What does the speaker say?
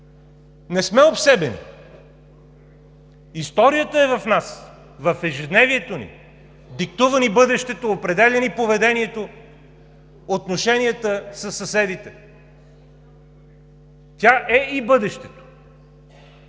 не сме обсебени! Историята е в нас, в ежедневието ни, диктува ни бъдещето, определя ни поведението, отношенията със съседите. Тя е и бъдеще.